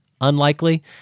Unlikely